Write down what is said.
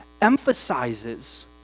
emphasizes